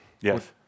Yes. –